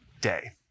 day